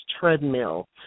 treadmill